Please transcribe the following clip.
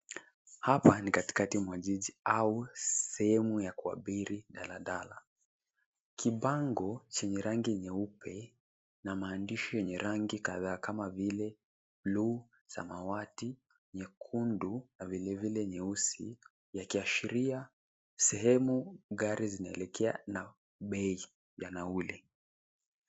Hapa ni katikati mwa jiji au sehemu ya kuabiri daladala. Kibango chenye rangi nyeupe na maandishi yenye rangi kadhaa kama vile bluu, samawati, nyekundu na vile vile nyeusi yakiashiria sehemu gari zinaelekea na bei ya nauli.